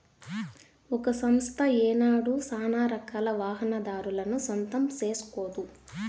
ఒక సంస్థ ఏనాడు సానారకాల వాహనాదారులను సొంతం సేస్కోదు